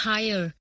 Higher